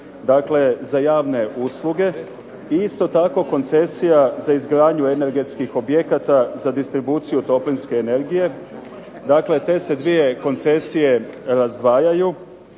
dakle za javne usluge, i isto tako koncesija za izgradnju energetskih objekata za distribuciju toplinske energije. Dakle te se dvije koncesije razdvajaju,